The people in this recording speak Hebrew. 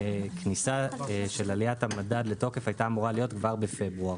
הכניסה של עליית המדד לתוקף הייתה אמורה להיות כבר בפברואר,